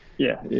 yeah, yeah